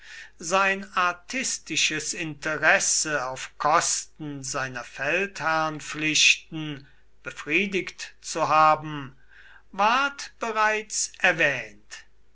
sein artistisches interesse auf kosten seiner feldherrnpflichten befriedigt zu haben ward bereits erwähnt